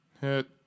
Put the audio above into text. hit